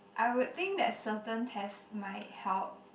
I would think that certain tests might help